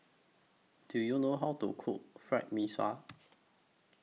Do YOU know How to Cook Fried Mee Sua